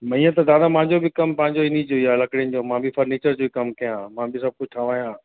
न ईअं त दादा मुंहिंजो बि कमु पंहिंजो इन जो ई आहे लकड़ियुन जो मां बि फर्नीचर जो ई कम कयां आ मां बि सभु कुझु ठाहिराया आहे